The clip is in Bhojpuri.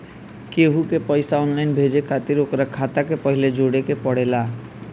केहू के पईसा ऑनलाइन भेजे खातिर ओकर खाता के पहिले जोड़े के पड़ेला